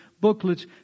booklets